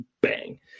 bang